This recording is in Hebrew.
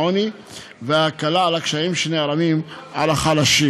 העוני וההקלה של הקשיים שנערמים על החלשים.